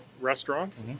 restaurant